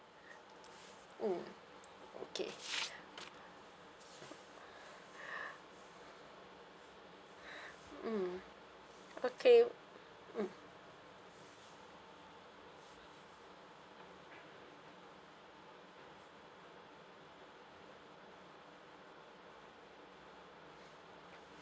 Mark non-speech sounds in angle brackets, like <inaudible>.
mm okay <breath> mm okay mm